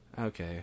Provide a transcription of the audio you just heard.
okay